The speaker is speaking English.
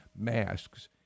masks